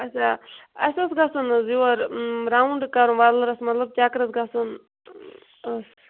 اچھا اَسہِ اوس گَژھُن حظ یور راوُنٛڈ کَرُن وَلرَس مطلب چَکرَس گَژھُن ٲس